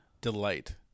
delight